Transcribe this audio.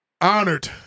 Honored